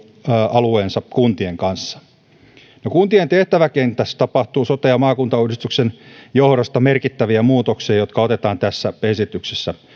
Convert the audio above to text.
alueensa kuntien kanssa kuntien tehtäväkentässä tapahtuu sote ja maakuntauudistuksen johdosta merkittäviä muutoksia jotka otetaan tässä esityksessä